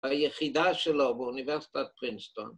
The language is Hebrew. ‫היחידה שלו באוניברסיטת פרינסטון.